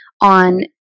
on